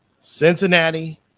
Cincinnati